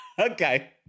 Okay